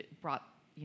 brought